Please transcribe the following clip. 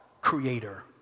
creator